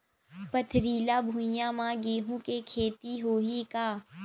पथरिला भुइयां म गेहूं के खेती होही का?